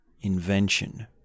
invention